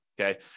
Okay